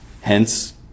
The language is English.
Hence